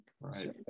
Right